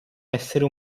essere